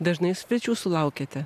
dažnai svečių sulaukiate